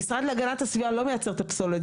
המשרד להגנת הסביבה לא מייצר את הפסולת,